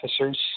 officers